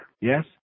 Yes